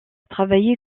travaillé